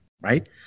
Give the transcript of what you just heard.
right